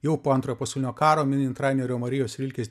jau po antrojo pasaulinio karo minint rainerio marijos rilkės